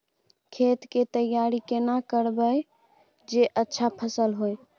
खेत के तैयारी केना करब जे अच्छा फसल होय?